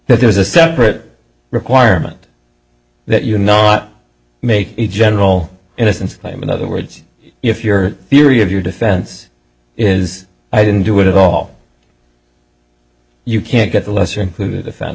there's a separate requirement that you not make a general innocence claim in other words if your theory of your defense is i didn't do it at all you can't get the lesser included offense